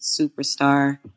superstar